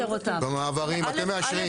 במעברים, אתם מאשרים.